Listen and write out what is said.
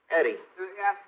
Eddie